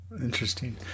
Interesting